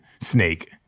snake